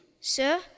Sir